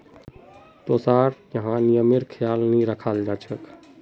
तोसार यहाँ नियमेर ख्याल नहीं रखाल जा छेक